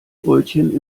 brötchen